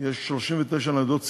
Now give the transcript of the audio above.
יש 39 ניידות סיור.